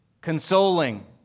consoling